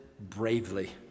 bravely